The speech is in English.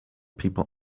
people